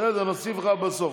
בסדר, אני אוסיף לך בסוף.